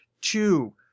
Two